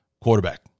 quarterback